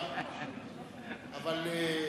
אבל שמע,